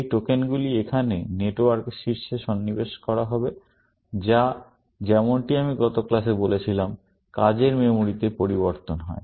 এই টোকেনগুলি এখানে নেটওয়ার্কের শীর্ষে সন্নিবেশ করা হবে যা যেমনটি আমি গত ক্লাসে বলেছিলাম কাজের মেমরিতে পরিবর্তন হয়